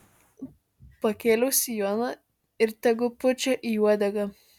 pakėliau sijoną ir tegu pučia į uodegą